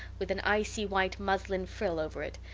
with an icy white muslin frill over it,